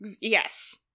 Yes